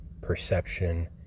perception